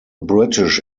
british